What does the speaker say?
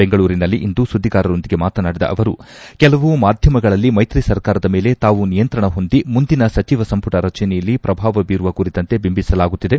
ಬೆಂಗಳೂರಿನಲ್ಲಿಂದು ಸುದ್ದಿಗಾರರೊಂದಿಗೆ ಮಾತನಾಡಿದ ಅವರು ಕೆಲವು ಮಾಧ್ಯಮಗಳಲ್ಲಿ ಮೈತ್ರಿ ಸರ್ಕಾರದ ಮೇಲೆ ತಾವು ನಿಯಂತ್ರಣ ಹೊಂದಿ ಮುಂದಿನ ಸಚಿವ ಸಂಪುಟ ರಚನೆಯಲ್ಲಿ ಪ್ರಭಾವ ಬೀರುವ ಕುರಿತಂತೆ ಬಿಂಬಿಸಲಾಗುತ್ತಿದೆ